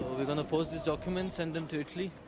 we're gonna post these documents. send them to italy.